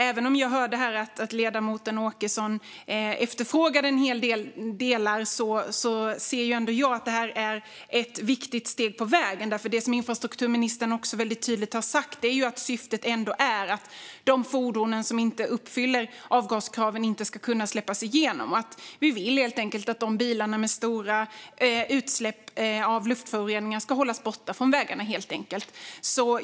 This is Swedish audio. Även om jag hörde att ledamoten Åkesson efterfrågade en hel del saker ser jag att det är ett viktigt steg på vägen. Det som infrastrukturministern har sagt väldigt tydligt är att syftet är att de fordon som inte uppfyller avgaskraven inte ska kunna släppas igenom. Vi vill helt enkelt att de bilar som har stora utsläpp av luftföroreningar ska hållas borta från vägarna.